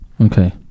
okay